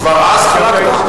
כבר אז חלקת?